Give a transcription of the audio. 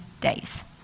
days